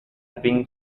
pink